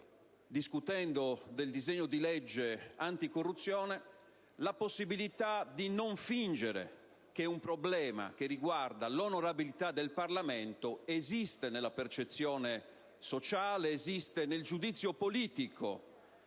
discutendo del disegno di legge anticorruzione, la possibilità di non fingere che un problema che riguarda l'onorabilità del Parlamento esiste sia nella percezione sociale, sia nel giudizio politico